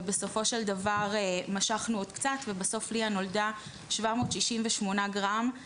ובסופו של דבר משכנו עוד קצת ובסוף ליה נולדה 768 גרם,